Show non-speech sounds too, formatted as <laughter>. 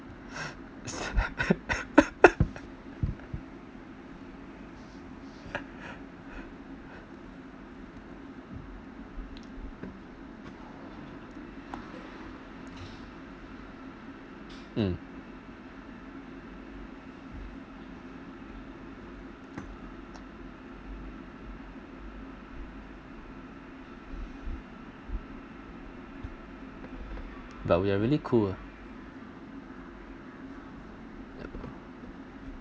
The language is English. <laughs> mm but we're really cool ah